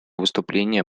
выступления